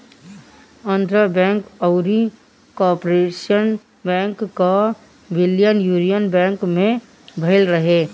Andhra Bank अउरी Corporation Bank कअ विलय यूनियन बैंक में भयल रहे